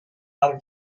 other